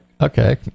okay